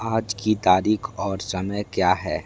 आज की तारीख और समय क्या है